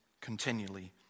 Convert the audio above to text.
continually